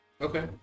Okay